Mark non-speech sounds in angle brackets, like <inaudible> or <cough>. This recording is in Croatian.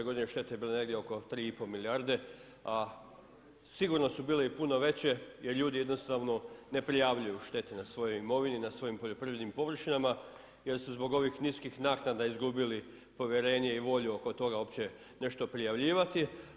Uvaženi državni tajniče, ... <unintelligible> štete bile negdje oko 3,5 milijarde a sigurno su bile i puno veće jer ljudi jednostavno ne prijavljuju štete na svojoj imovini, na svojim poljoprivrednim površinama jer su zbog ovih niskih naknada izgubili povjerenje i volju oko toga uopće nešto prijavljivati.